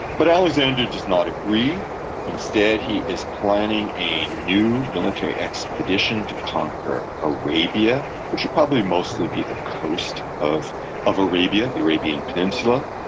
but alexander does not agree instead, he is planning a new military expedition to conquer arabia, which would probably mostly be the coast of of arabia, the arabian peninsula.